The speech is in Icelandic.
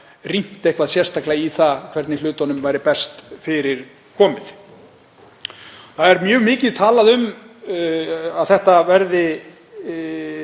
rýnt eitthvað sérstaklega hvernig hlutum væri best fyrir komið. Það er mjög mikið talað um að mjög